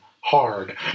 hard